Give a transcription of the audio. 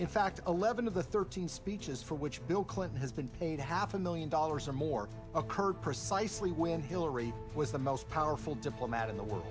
in fact eleven of the thirteen speeches for which bill clinton has been paid half a million dollars or more occurred precisely when hillary was the most powerful diplomat in the world